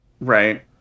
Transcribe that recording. Right